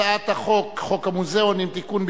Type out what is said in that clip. הצעת חוק המוזיאונים (תיקון,